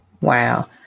Wow